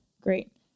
Great